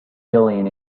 jillian